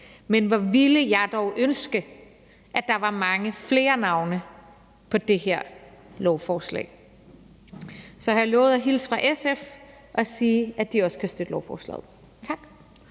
Men hvor ville jeg dog ønske, at der var mange flere navne på det her lovforslag. Så har jeg lovet at hilse fra SF og sige, at de også kan støtte lovforslaget. Tak.